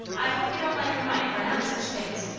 i hope you don't let your mind run on such things.